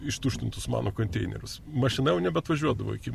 ištuštintus mano konteinerius mašina jau nebeatvažiuodavo iki